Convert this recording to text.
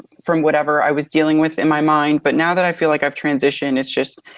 from whatever i was dealing with in my mind. but now that i feel like i've transitioned, it's just,